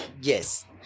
Yes